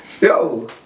Yo